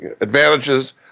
advantages